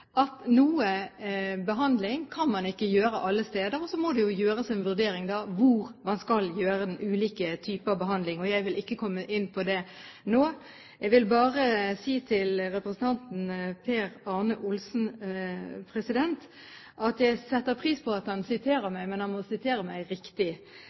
at noe behandling kan man ikke gjøre alle steder. Så må det gjøres en vurdering av hvor man skal gjøre ulike typer behandling. Jeg vil ikke komme inn på det nå. Videre vil jeg bare si til representanten Per Arne Olsen at jeg setter pris på at han siterer meg, men han må sitere meg riktig.